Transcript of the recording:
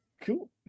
Cool